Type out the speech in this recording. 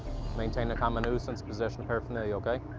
maintaining a common nuisance, possession of paraphernalia, ok?